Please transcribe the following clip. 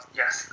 yes